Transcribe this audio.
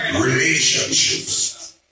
relationships